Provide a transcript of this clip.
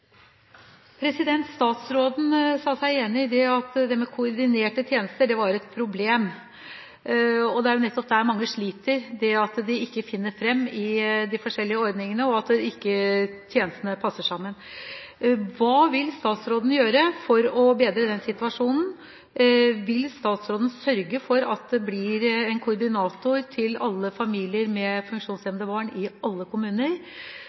Statsråden sa seg enig i at dette med koordinerte tjenester var et problem. Det er nettopp der mange sliter. De finner ikke fram i de forskjellige ordningene, og tjenestene passer ikke sammen. Hva vil statsråden gjøre for å bedre den situasjonen? Vil statsråden sørge for at det blir en koordinator til alle familier med funksjonshemmede barn, i alle kommuner,